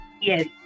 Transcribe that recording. yes